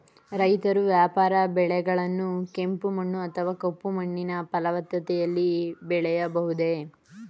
ರೈತರು ವ್ಯಾಪಾರ ಬೆಳೆಗಳನ್ನು ಕೆಂಪು ಮಣ್ಣು ಅಥವಾ ಕಪ್ಪು ಮಣ್ಣಿನ ಫಲವತ್ತತೆಯಲ್ಲಿ ಬೆಳೆಯಬಹುದೇ?